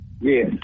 Yes